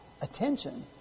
attention